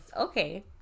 okay